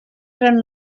gran